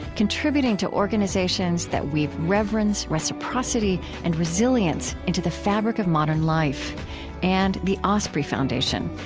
contributing to organizations that weave reverence, reciprocity, and resilience into the fabric of modern life and the osprey foundation,